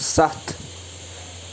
ستھ